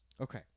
Okay